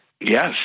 Yes